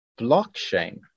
blockchain